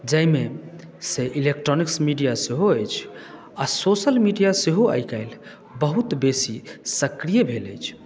जाहिमे से electronics media सेहो अछि आ सोशल मीडिया सेहो आइ काल्हि बहुत बेसी सक्रिय भेल अछि